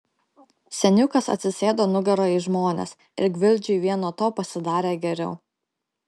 seniukas atsisėdo nugara į žmones ir gvildžiui vien nuo to pasidarė geriau